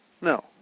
No